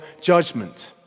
judgment